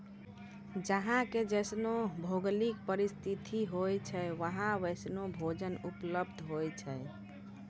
जहां के जैसनो भौगोलिक परिस्थिति होय छै वहां वैसनो भोजनो उपलब्ध होय छै